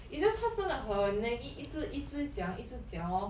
it's just 他真的很 naggy 一直一直讲一直讲 orh